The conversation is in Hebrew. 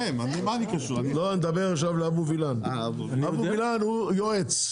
אבו וילן הוא יועץ.